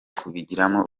kubigiramo